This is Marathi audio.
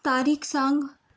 तारीख सांग